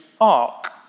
ark